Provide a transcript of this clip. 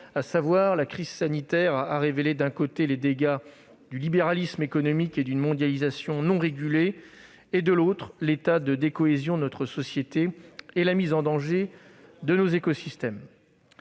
celui-ci, la crise sanitaire a révélé, « d'un côté, les dégâts du libéralisme économique et d'une mondialisation non régulée et, de l'autre, l'état de décohésion de notre société et la mise en danger de nos écosystèmes